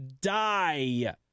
die